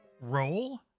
roll